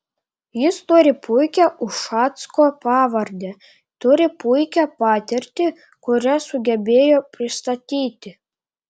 jis turi puikią ušacko pavardę turi puikią patirtį kurią sugebėjo pristatyti